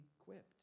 equipped